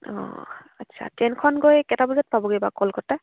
অঁ আচ্ছা ট্ৰেইনখন গৈ কেইটা বজাত পাবগে বাৰু কলকাতা